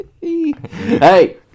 Hey